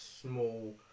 Small